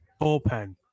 bullpen